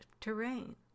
terrain